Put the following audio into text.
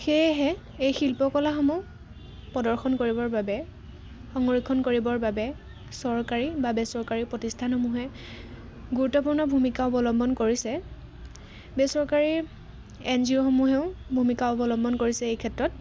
সেয়েহে এই শিল্পকলাসমূহ প্ৰদৰ্শন কৰিবৰ বাবে সংৰক্ষণ কৰিবৰ বাবে চৰকাৰী বা বেচৰকাৰী প্ৰতিষ্ঠানসমূহে গুৰুত্বপূৰ্ণ ভূমিকা অৱলম্বন কৰিছে বেচৰকাৰী এন জি অ'সমূহেও ভূমিকা অৱলম্বন কৰিছে এই ক্ষেত্ৰত